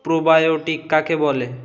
probiotic কাকে বলে